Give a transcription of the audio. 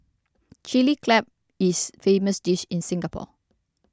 Chilli Crab is famous dish in Singapore